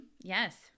Yes